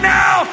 now